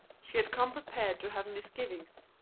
she had come prepared to have misgivings,